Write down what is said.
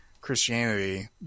Christianity